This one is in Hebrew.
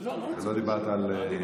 לא דיברת על,